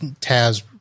Taz